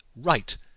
right